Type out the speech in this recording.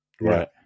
right